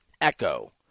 Echo